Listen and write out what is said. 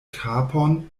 kapon